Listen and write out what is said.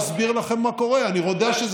מכשירים, תודה רבה.